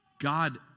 God